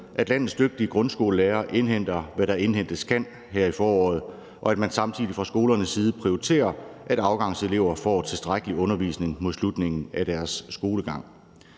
at landets dygtige grundskolelærere indhenter, hvad der indhentes kan, her i foråret, og at man samtidig fra skolernes side prioriterer, at afgangselever får tilstrækkelig med undervisning mod slutningen af deres skolegang.